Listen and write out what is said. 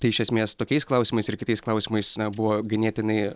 tai iš esmės tokiais klausimais ir kitais klausimais na buvo ganėtinai